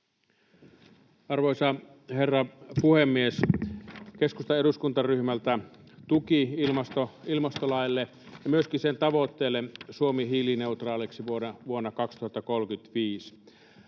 Arvoisa herra puhemies! Keskustan eduskuntaryhmältä tuki ilmastolaille ja myöskin sen tavoitteelle: Suomi hiilineutraaliksi vuonna 2035.